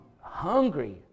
hungry